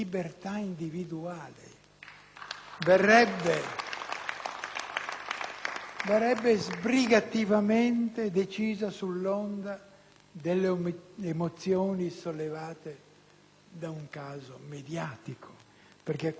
verrebbe sbrigativamente approvata sull'onda delle emozioni sollevate da un caso mediatico. Perché questo è il caso di Eluana: